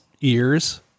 ears